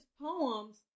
poems